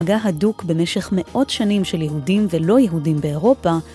מגע הדוק במשך מאות שנים של יהודים ולא יהודים באירופה